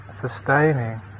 sustaining